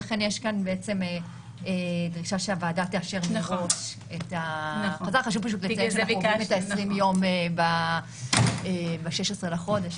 לכן יש כאן דרישה שהוועדה תאפשר מראש את 20 הימים ב-16 בחודש.